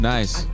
Nice